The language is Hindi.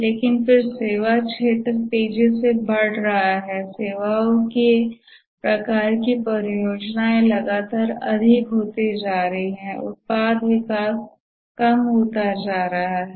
लेकिन फिर सेवा क्षेत्र तेजी से बढ़ रहा है सेवाओं के प्रकार की परियोजनाएं लगातार अधिक होती जा रही हैं उत्पाद विकास कम होता जा रहा है